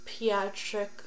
pediatric